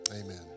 amen